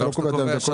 פה נקבע שנה.